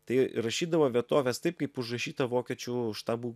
tai rašydavo vietoves taip kaip užrašyta vokiečių štabų